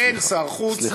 סליחה, סליחה.